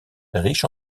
riche